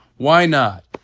why not?